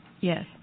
Yes